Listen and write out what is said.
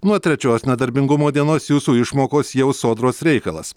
nuo trečios nedarbingumo dienos jūsų išmokos jau sodros reikalas